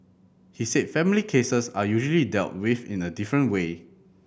he said family cases are usually dealt with in a different way